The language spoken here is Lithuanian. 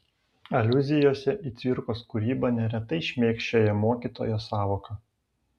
aliuzijose į cvirkos kūrybą neretai šmėkščioja mokytojo sąvoka